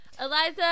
Eliza